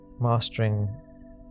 mastering